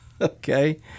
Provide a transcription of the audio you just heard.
okay